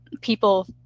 people